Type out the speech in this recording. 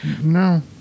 No